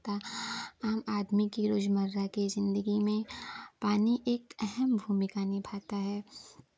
हम आदमी की रोज़मर्रा के ज़िंदगी में पानी एक अहम भूमिका निभाता है